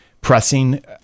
pressing